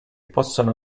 possono